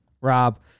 Rob